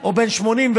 או בן 85,